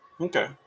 Okay